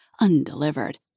undelivered